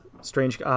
Strange